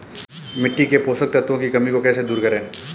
मिट्टी के पोषक तत्वों की कमी को कैसे दूर करें?